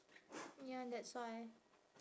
ya that's why